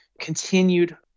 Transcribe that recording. continued